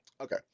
Okay